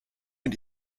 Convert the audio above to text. mit